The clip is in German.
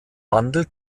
wandel